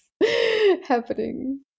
happening